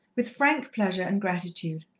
with frank pleasure and gratitude,